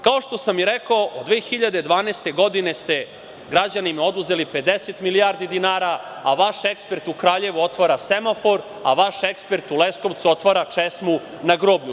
Kao što sam i rekao, od 2012. godine ste građanima oduzeli 50 milijardi dinara, a vaš ekspert u Kraljevu otvara semafor, a vaš ekspert u Leskovcu otvara česmu na groblju.